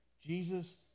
Jesus